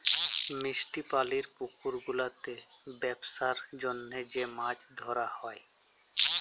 মিষ্টি পালির পুকুর গুলাতে বেপসার জনহ যে মাছ ধরা হ্যয়